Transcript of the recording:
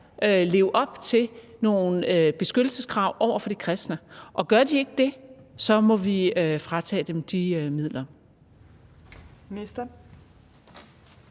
leve op til nogle krav om beskyttelse af de kristne, og gør de ikke det, må vi fratage dem de midler?